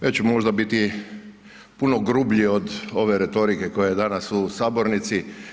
Ja ću možda biti puno grublji od ove retorike koja je danas u sabornici.